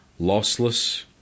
lossless